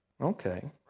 Okay